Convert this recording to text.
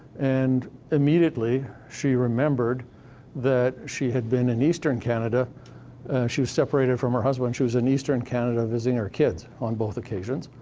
and immediately she remembered that she had been in eastern canada she was separated from her husband, she was in eastern canada visiting her kids, on both occasions,